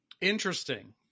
Interesting